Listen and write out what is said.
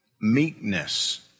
Meekness